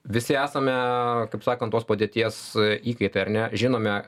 visi esame kaip sakant tos padėties įkaitai ar ne žinome